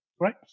right